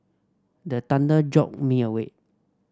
the thunder jolt me awake